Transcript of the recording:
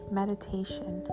meditation